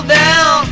down